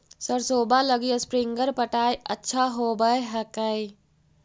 सरसोबा लगी स्प्रिंगर पटाय अच्छा होबै हकैय?